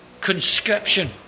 conscription